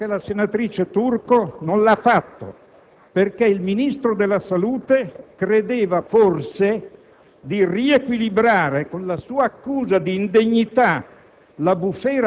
Penso che la senatrice Turco non l'abbia fatto perché il Ministro della salute credeva forse di riequilibrare, con la sua accusa di indegnità,